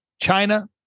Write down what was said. China